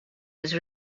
was